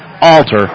Alter